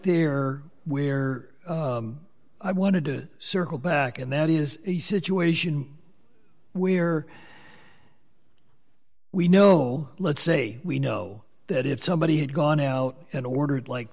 there where i wanted to circle back and that is a situation where we know let's say we know that if somebody had gone out and ordered like